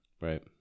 Right